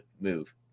move